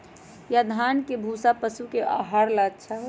या धान के भूसा पशु के आहार ला अच्छा होई?